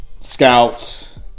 Scouts